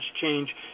change